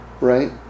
right